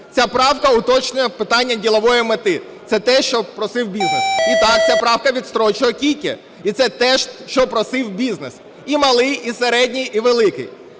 Ця правка уточнює питання ділової мети. Це те, що просив бізнес. І так, ця правка відстрочує КІКи. І це теж, що просив бізнес, і малий, і середній, і великий.